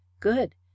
Good